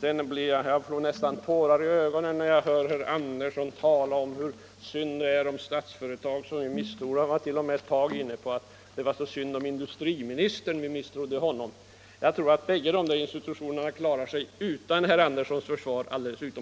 Jag får nästan tårar i ögonen när jag hör herr Andersson i Örebro tala om hur synd det är om Statsföretag som vi misstror. Han var t.o.m. inne på att det var synd om industriminstern, därför att vi misstror honom. Jag tror att båda klarar sig alldeles utomordentligt utan herr Anderssons försvar.